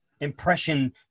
impression